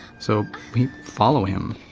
so. we follow him.